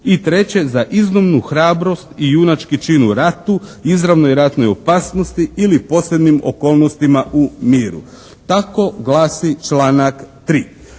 i 3. za iznimnu hrabrost i junački čin u ratu, izravnoj ratnoj opasnosti ili posebnim okolnostima u miru». Tako glasi članak 3.